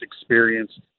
experienced